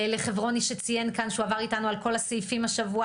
לחברוני שציין כאן שהוא עבר איתנו על כל הסעיפים השבוע